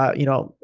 ah you know,